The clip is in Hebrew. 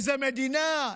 איזו מדינה,